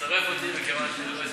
תצרף אותי, מכיוון שלא הספקתי.